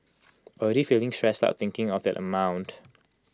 already feeling stressed out thinking of that amount